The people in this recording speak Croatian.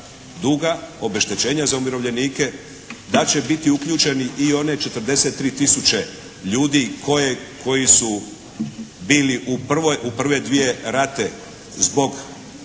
duga obeštećenja za umirovljenike, da će biti uključene i one 43 tisuće ljudi koji su bili u prve dvije rate zbog